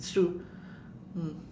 it's true mm